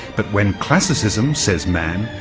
but when classicism says man,